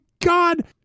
God